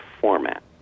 format